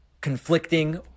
conflicting